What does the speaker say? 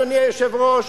אדוני היושב-ראש,